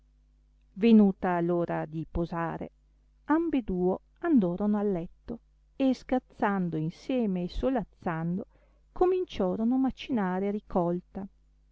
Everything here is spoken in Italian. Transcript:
venuta l'ora di posare ambeduo andorono al letto e scherzando insieme e solazzando cominciorono macinare a ricolta